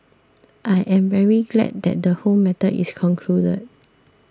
I am very glad that the whole matter is concluded